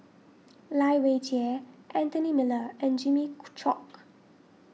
Lai Weijie Anthony Miller and Jimmy Chok